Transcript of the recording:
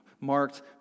marked